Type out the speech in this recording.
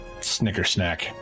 snickersnack